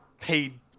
paid